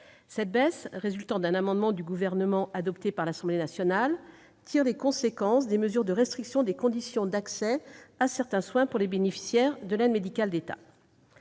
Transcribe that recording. Cette baisse, résultant d'un amendement du Gouvernement adopté par l'Assemblée nationale, tire les conséquences des mesures de restriction des conditions d'accès à certains soins pour les bénéficiaires de l'aide médicale de l'État.